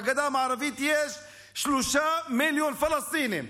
בגדה המערבית יש שלושה מיליון פלסטינים,